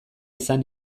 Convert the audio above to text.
izan